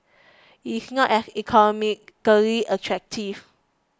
it's not as economically attractive